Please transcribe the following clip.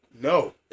No